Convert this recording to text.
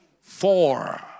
Four